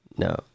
No